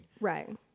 Right